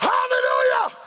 Hallelujah